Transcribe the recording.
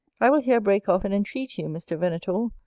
i will here break off, and entreat you, mr. venator,